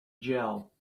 gel